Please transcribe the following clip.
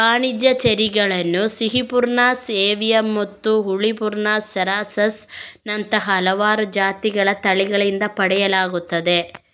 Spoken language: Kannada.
ವಾಣಿಜ್ಯ ಚೆರ್ರಿಗಳನ್ನು ಸಿಹಿ ಪ್ರುನಸ್ ಏವಿಯಮ್ಮತ್ತು ಹುಳಿ ಪ್ರುನಸ್ ಸೆರಾಸಸ್ ನಂತಹ ಹಲವಾರು ಜಾತಿಗಳ ತಳಿಗಳಿಂದ ಪಡೆಯಲಾಗುತ್ತದೆ